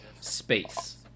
space